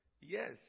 yes